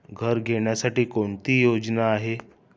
घर घेण्यासाठी कोणती योजना आहे?